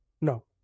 No